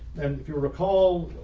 and if you recall,